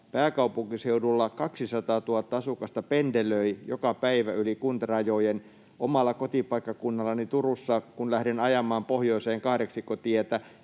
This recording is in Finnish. pääkaupunkiseudulla 200 000 asukasta pendelöi joka päivä yli kuntarajojen. Omalla kotipaikkakunnallani Turussa, kun lähden ajamaan pohjoiseen Kahdeksikkotietä,